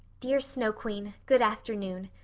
dear snow queen, good afternoon.